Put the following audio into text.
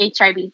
hiv